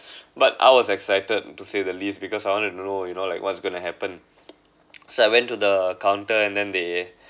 but I was excited to see the list because I wanted to know you know like what's going to happen so I went to the counter and then they